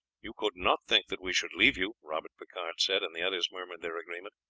you could not think that we should leave you, robert picard said, and the others murmured their agreement.